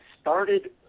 started